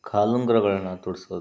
ಕಾಲುಂಗುರಗಳನ್ನು ತೊಡಿಸೋದು